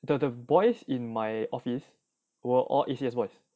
the the boys in my office were all A_C_S boys